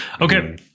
Okay